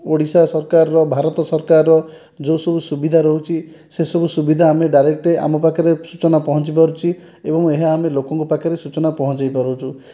ଓଡ଼ିଶା ସରକାରର ଭାରତ ସରକାରର ଯେଉଁ ସବୁ ସୁବିଧା ରହୁଛି ସେ ସବୁ ସୁବିଧା ଆମେ ଡାଇରେକ୍ଟ ଆମ ପାଖରେ ସୂଚନା ପହଞ୍ଚି ପାରୁଛି ଏବଂ ଏହା ଆମେ ଲୋକଙ୍କ ପାଖରେ ସୂଚନା ପହଞ୍ଚେଇ ପାରୁଛୁ